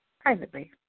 privately